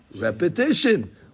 repetition